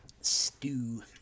stew